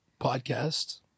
podcast